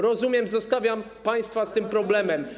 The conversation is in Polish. Rozumiem, zostawiam państwa z tym problemem.